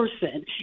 person